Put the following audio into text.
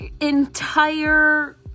entire